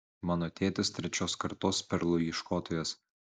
mano tėtis trečios kartos perlų ieškotojas